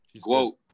quote